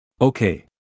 Okay